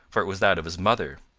for it was that of his mother.